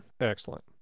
Excellent